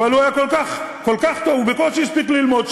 אבל הוא בקושי הספיק ללמוד,